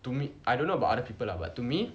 to me I don't know about other people lah but to me